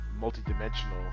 multi-dimensional